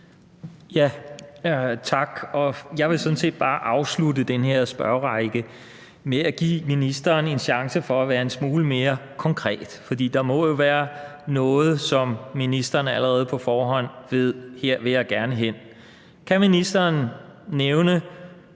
(V): Tak. Jeg vil sådan set bare afslutte den her spørgerække med at give ministeren en chance for at være en smule mere konkret. For der må jo være et sted, som ministeren allerede på forhånd ved hun gerne vil hen til. Kan ministeren nævne